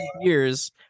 years